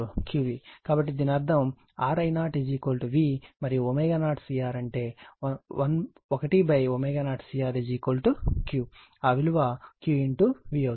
కాబట్టి దీని అర్ధంR I0 V మరియు ω0CR అంటే 1 ω0CR Q ఆ విలువ Q V అవుతుంది